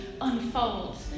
unfolds